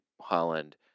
Holland